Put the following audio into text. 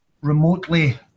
remotely